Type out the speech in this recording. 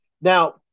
now